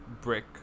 brick